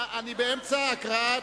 אני באמצע הקראת,